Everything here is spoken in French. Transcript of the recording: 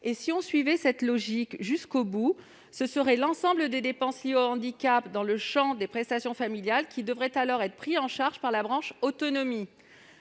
? Si l'on suivait cette logique jusqu'au bout, ce serait l'ensemble des dépenses liées au handicap et intégrées dans le champ des prestations familiales qui devrait alors être pris en charge par la branche autonomie.